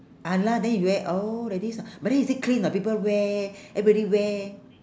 !alah! then you wear oh like this ah but then is it clean or not people wear everybody wear